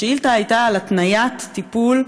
השאילתה הייתה על התניית טיפול,